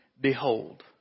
Behold